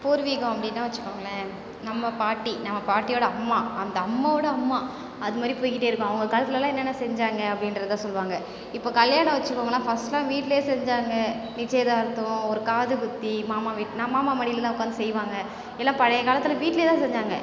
பூர்வீகம் அப்படின்னா வச்சுக்கோங்களேன் நம்ம பாட்டி நம்ம பாட்டியோடய அம்மா அந்த அம்மாவோடய அம்மா அதுமாதிரி போயிக்கிட்டே இருக்கும் அவங்க காலத்துலெலாம் என்னென்ன செஞ்சாங்க அப்படின்றதான் சொல்லுவாங்க இப்போ கல்யாணம் வச்சுக்கோங்களேன் ஃபஸ்ட்லாம் வீட்டுலேயே செஞ்சாங்க நிச்சயதார்த்தம் ஒரு காதுக்குத்தி மாமா வீட் நா மாமா மடியில் தான் உட்காந்து செய்வாங்க எல்லாம் பழைய காலத்தில் வீட்டுலேயே தான் செஞ்சாங்க